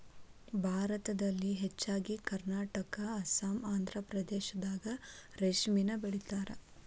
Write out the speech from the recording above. ಭಾರತದಲ್ಲಿ ಹೆಚ್ಚಾಗಿ ಕರ್ನಾಟಕಾ ಅಸ್ಸಾಂ ಆಂದ್ರಪ್ರದೇಶದಾಗ ರೇಶ್ಮಿನ ಬೆಳಿತಾರ